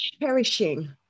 cherishing